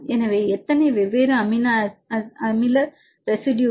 எனவே எத்தனை வெவ்வேறு அமினோ அமில ரெசிடுயுகள்